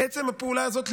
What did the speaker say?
בעצם הפעולה הזאת,